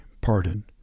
pardon